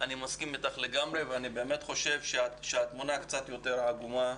אני מסכים איתך לגמרי ואני באמת חושב שהתמונה קצת יותר עגומה.